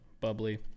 bubbly